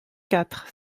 quatre